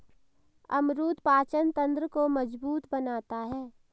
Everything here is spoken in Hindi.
अमरूद पाचन तंत्र को मजबूत बनाता है